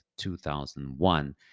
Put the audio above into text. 2001